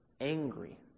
angry